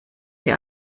sie